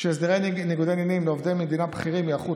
שהסדרי ניגוד העניינים לעובדי מדינה בכירים ייערכו